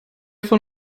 von